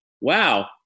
Wow